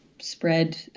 spread